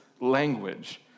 language